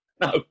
No